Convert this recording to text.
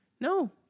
No